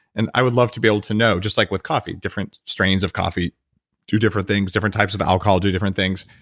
and i wow love to be able to know, just like with coffee. different strains of coffee do different things. different types of alcohol do different things.